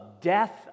death